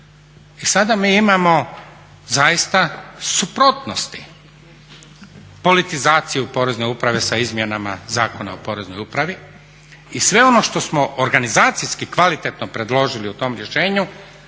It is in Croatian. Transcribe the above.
I sada mi imamo zaista suprotnosti, politizaciju Porezne uprave sa izmjenama Zakona o Poreznoj upravi. I sve ono što smo organizacijski kvalitetno predložili u tom rješenju